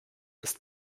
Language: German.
ist